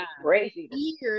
crazy